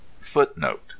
Footnote